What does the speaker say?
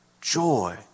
joy